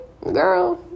girl